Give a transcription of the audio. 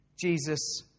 Jesus